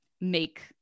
make